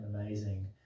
amazing